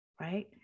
right